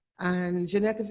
and jeanette,